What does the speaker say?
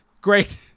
Great